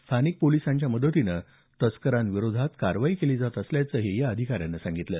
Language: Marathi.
स्थानिक पोलिसांच्या मदतीने तस्करांविरोधात कारवाई केली जात असल्याचंही या अधिकाऱ्यानं सांगितलं